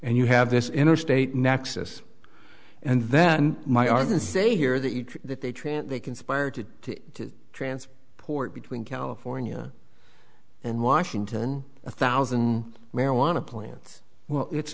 and you have this interstate nexus and then my arms and say here that each that they trant they conspired to to transfer port between california and washington a thousand marijuana plants well it's